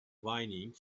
whinnying